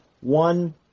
One